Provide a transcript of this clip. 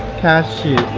cashews